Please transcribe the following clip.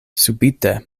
subite